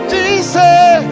Jesus